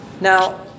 Now